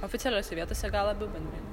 oficialiose vietose gal labiau bendrine